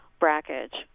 Brackage